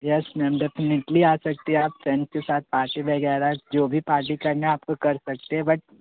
yes ma'am definitely आ सकती है आप फ्रेंड्स के साथ पार्टी वग़ैरह जो भी पार्टी करना है आप तो कर सकते हैं बट